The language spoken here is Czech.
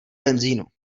benzínu